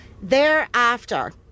Thereafter